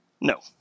No